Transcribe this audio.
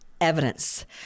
Evidence